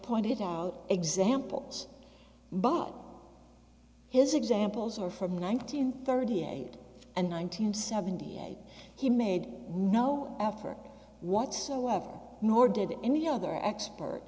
pointed out examples but his examples are from nineteen thirty eight and nine hundred seventy eight he made no effort whatsoever nor did any other expert